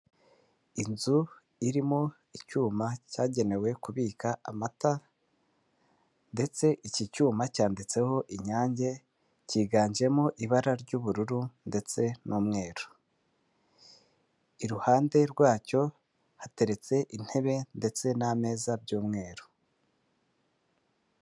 Inzu irimo icyuma cyagenewe kubika amata ndetse iki cyuma cyanditseho inyange cyiganjemo ibara ry'ubururu ndetse n'umweru iruhande rwacyo hateretse intebe ndetse n'ameza by'umweru.